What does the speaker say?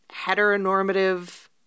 heteronormative